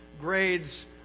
grades